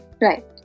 Right